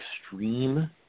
extreme